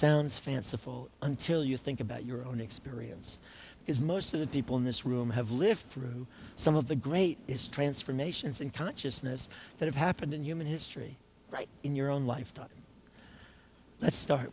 sounds fanciful until you think about your own experience because most of the people in this room have lived through some of the great it's transformations in consciousness that have happened in human history right in your own lifetime let's start